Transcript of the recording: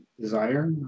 desire